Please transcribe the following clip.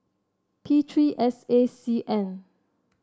P three S A C N